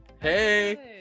Hey